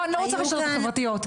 שלמה, אני לא רוצה רשתות חברתיות.